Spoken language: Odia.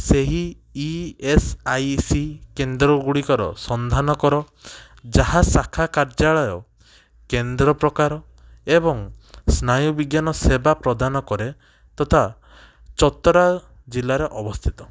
ସେହି ଇ ଏସ୍ ଆଇ ସି କେନ୍ଦ୍ରଗୁଡ଼ିକର ସନ୍ଧାନ କର ଯାହା ଶାଖା କାର୍ଯ୍ୟାଳୟ କେନ୍ଦ୍ର ପ୍ରକାର ଏବଂ ସ୍ନାୟୁ ବିଜ୍ଞାନ ସେବା ପ୍ରଦାନ କରେ ତଥା ଚତରା ଜିଲ୍ଲାରେ ଅବସ୍ଥିତ